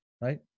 Right